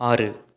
ஆறு